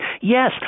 Yes